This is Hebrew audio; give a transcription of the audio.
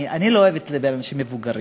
אני לא אוהבת לדבר על אנשים מבוגרים.